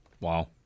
Wow